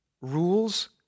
Rules